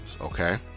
okay